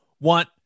want